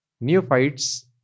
Neophytes